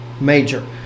major